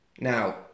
Now